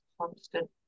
constant